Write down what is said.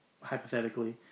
hypothetically